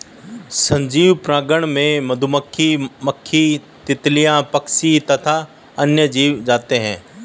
सजीव परागणक में मधुमक्खी, मक्खी, तितलियां, पक्षी तथा अन्य जीव आते हैं